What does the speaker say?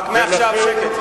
רק מעכשיו שקט.